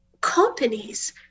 companies